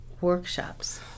workshops